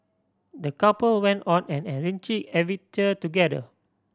the couple went on an adventure together